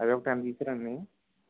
అవి ఒక టెన్ తీసుకురండి